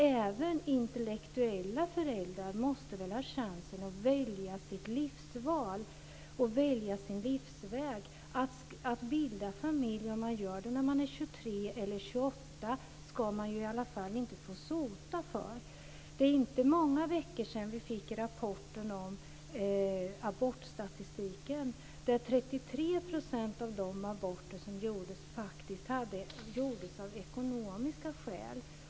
Även intellektuella föräldrar måste väl ha chansen att välja sitt livsval och välja sin livsväg? Att bilda familj när man är 23 eller 28 år ska man i varje fall inte få sota för. Det är inte många veckor sedan vi fick rapporten om abortstatistiken som visade att 33 % av aborterna gjordes av ekonomiska skäl.